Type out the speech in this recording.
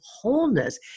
wholeness